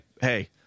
hey